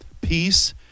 Peace